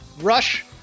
Rush